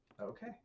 okay